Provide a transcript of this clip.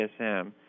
DSM